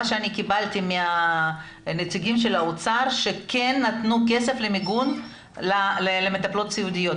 שקיבלתי מנציגי האוצר שכן נתנו כסף למיגון למטפלות סיעודיות.